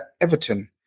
Everton